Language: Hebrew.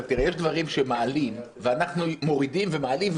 יש דברים שמעלים - ואנחנו מורידים ומעלים,